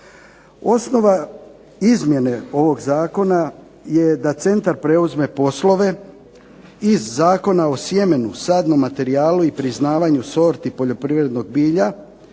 Osnova izmjene ovog zakona je da centar preuzme poslove iz Zakona o sjemenu, sadnom materijalu i priznavanju sorti poljoprivrednog bilja